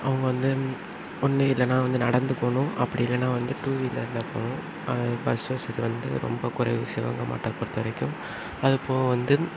அவங்க வந்து ஒன்று இல்லைனா வந்து நடந்து போகணும் அப்படி இல்லைனா வந்து டூ வீலரில் போகணும் பஸ் வசதி வந்து ரொம்ப குறைவு சிவகங்கை மாவட்டத்தை பொறுத்த வரைக்கும் அதுபோக வந்து